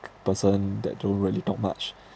person that don't really talk much